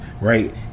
Right